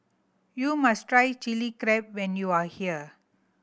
you must try Chilli Crab when you are here